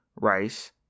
rice